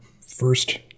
First